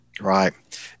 Right